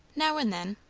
now and then.